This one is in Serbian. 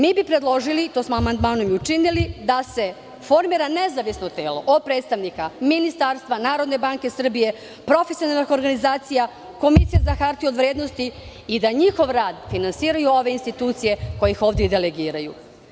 Mi bismo predložili, to smo amandmanom i učinili da se formira nezavisno telo od predstavnika Ministarstva, Narodne banke Srbije, profesionalnih organizacija, Komisije za hartije od vrednosti i da njihov rad finansiraju ove institucije koje ih ovde i delegiraju.